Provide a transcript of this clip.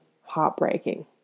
heartbreaking